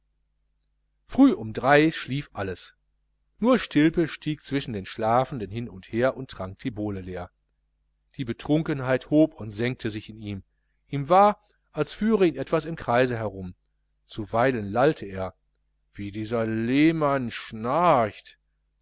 früh um drei schlief alles nur stilpe stieg zwischen den schlafenden hin und her und trank die bowle leer die betrunkenheit hob und senkte sich in ihm ihm war als führe ihn etwas im kreise herum zuweilen lallte er wie dieser lehmann schnarcht